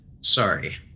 Sorry